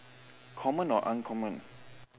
common or uncommon